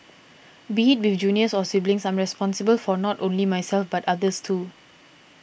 be it with juniors or siblings I'm responsible for not only myself but others too